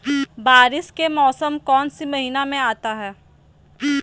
बारिस के मौसम कौन सी महीने में आता है?